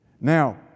Now